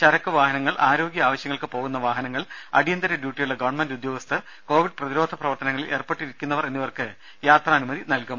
ചരക്കു വാഹനങ്ങൾ ആരോഗ്യ ആവശ്യങ്ങൾക്ക് പോകുന്ന വാഹനങ്ങൾ അടിയന്തര ഡ്യൂട്ടിയുള്ള ഗവൺമെന്റ് ഉദ്യോഗസ്ഥർ കോവിഡ് പ്രതിരോധ പ്രവർത്തനങ്ങളിൽ ഏർപ്പെട്ടിരിക്കുന്നവർ എന്നിവർക്ക് യാത്രാനുമതി നൽകും